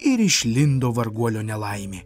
ir išlindo varguolio nelaimė